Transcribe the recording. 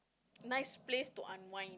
nice place to unwind